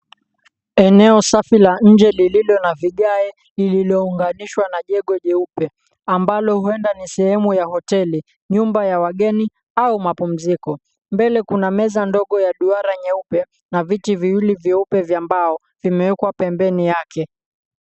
Eneo safi la nje lililo na vigae lililounganishwa na jengo jeupe, ambalo huenda ni sehemu ya hoteli, nyumba ya wageni au mapumziko. Mbele kuna meza ndogo ya duara nyeupe na viti viwili vyeupe vya mbao vimewekwa pembeni yake.